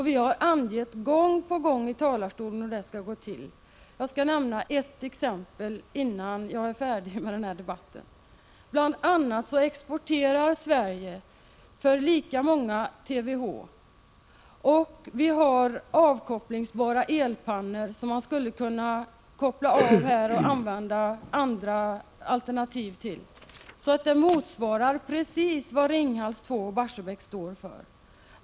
Vi har gång på gång här i talarstolen angett hur det skulle kunna gå till. Jag skall nämna ett skäl till att vi kan stänga de här kraftverken, innan jag avslutar debatten för min del. Sverige exporterar lika många TWh — och andra alternativ skulle kunna användas i de avkopplingsbara elpannor vi har — som Ringhals 2 och Barsebäck producerar.